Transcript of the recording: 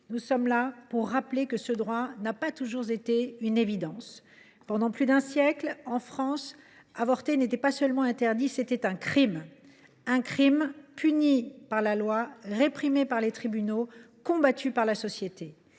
réunis pour rappeler que ce droit n’a pas toujours été une évidence. Pendant plus d’un siècle, en France, avorter n’était pas seulement interdit : c’était un crime puni par la loi, réprimé par les tribunaux et combattu par la société.